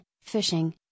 fishing